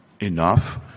enough